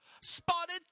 Spotted